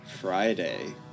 Friday